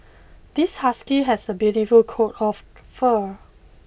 this husky has a beautiful coat of fur